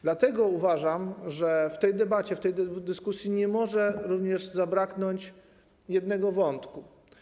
Dlatego uważam, że w tej debacie, w tej dyskusji nie może również zabraknąć jednego wątku.